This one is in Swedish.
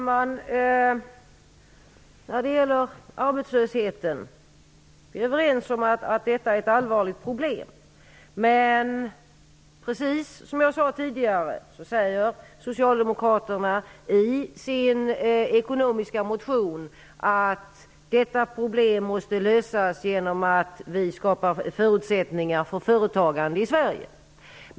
Herr talman! Vi är överens om att arbetslösheten är ett allvarligt problem. Jag hänvisade tidigare till Socialdemokraternas ekonomiska motion, där det sägs att detta problem måste lösas genom att förutsättningar skapas för företagande i Sverige.